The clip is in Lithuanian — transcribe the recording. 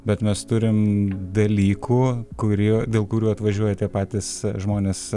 bet mes turim dalykų kurių dėl kurių atvažiuoja tie patys žmonės